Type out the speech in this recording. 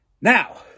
Now